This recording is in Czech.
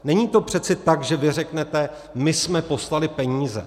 Není to přece tak, že vy řeknete: my jsme poslali peníze.